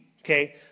Okay